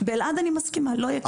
באלעד לא יהיו כיתות ריקות,